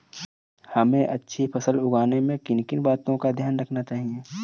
हमें अच्छी फसल उगाने में किन किन बातों का ध्यान रखना चाहिए?